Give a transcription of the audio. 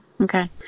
okay